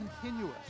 continuous